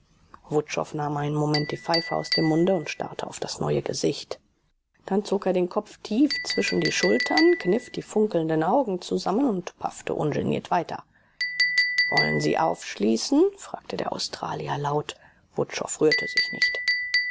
nahm einen moment die pfeife aus dem munde und starrte auf das neue gesicht dann zog er den kopf tief zwischen die schultern kniff die funkelnden augen zusammen und paffte ungeniert weiter wollen sie aufschließen fragte der australier laut wutschow rührte sich nicht